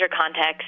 context